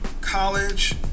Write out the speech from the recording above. college